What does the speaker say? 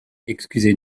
excusez